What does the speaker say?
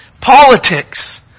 Politics